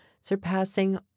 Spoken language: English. surpassing